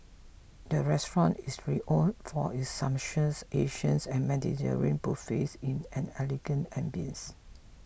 the restaurant is renowned for its sumptuous Asians and Mediterranean buffets in an elegant ambience